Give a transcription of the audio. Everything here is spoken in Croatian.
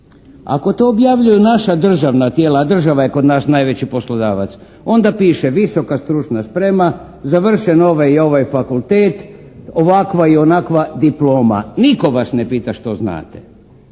Ako to objavljuju naša državna tijela, a država je kod nas najveći poslodavac onda piše visoka stručna sprema, završen ovaj i ovaj fakultet. Ovakva i onakva diploma. Nitko vas ne pita što znate.